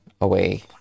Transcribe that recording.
away